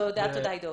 תודה, עדו.